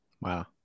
Wow